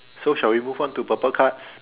so shall we move on to purple card